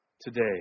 today